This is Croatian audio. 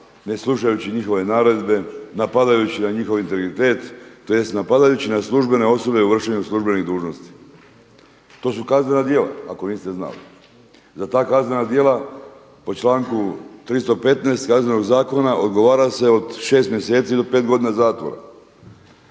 ne slušajući njihove naredbe, napadajući na njihov integritet, tj. napadajući na službene osobe u vršenju službenih dužnosti. To su kaznena djela, ako niste znali. Za ta kaznena djela po članku 315. Kaznenog zakona odgovara se od 6 mjeseci do 5 godina zatvora.